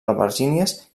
albergínies